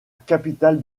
capitale